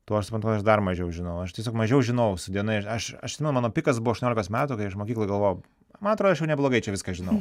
tuo aš suprantu aš dar mažiau žinau aš tiesiog mažiau žinau su diena aš aš žinau mano pikas buvo aštuoniolikos metų kai aš mokykloj galvojau man atrodo aš jau neblogai čia viską žinau